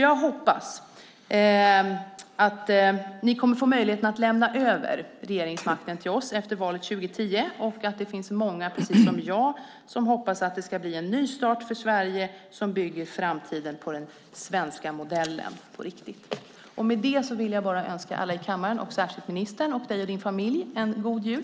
Jag hoppas att ni kommer att få möjligheten att lämna över regeringsmakten till oss efter valet 2010 och att det finns många som precis som jag hoppas att det ska bli en ny start för Sverige som bygger framtiden på den svenska modellen på riktigt. Med detta vill jag önska alla i kammaren och särskilt ministern - dig och din familj - en god jul.